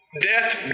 Death